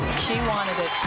she wanted it.